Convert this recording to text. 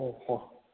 ꯍꯣꯏ ꯍꯣꯏ